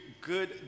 good